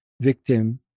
victim